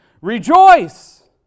Rejoice